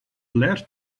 bler